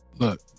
Look